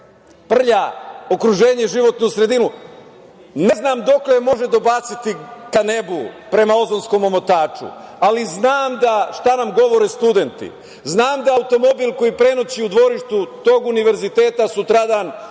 prlja okruženje, životnu sredinu. Ne znam dokle može dobaciti ka nebu, prema ozonskom omotaču, ali znam šta nam govore studenti. Znam da automobili koji prenoći u dvorištu tog univerziteta sutradan